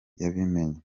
yabimenye